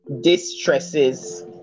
distresses